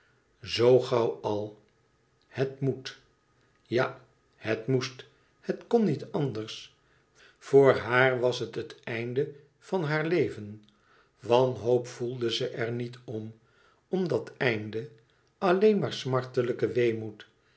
zoo gauw al het moet ja het moest het kon niet anders voor haar was het het einde van haar leven wanhoop voelde ze er niet om om dat aar einde alleen maar smartelijken weemoed het